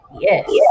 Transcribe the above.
yes